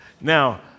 Now